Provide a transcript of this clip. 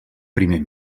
primer